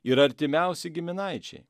ir artimiausi giminaičiai